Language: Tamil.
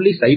0